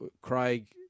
Craig